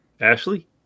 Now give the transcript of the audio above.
Ashley